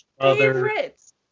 favorites